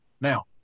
now